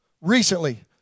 recently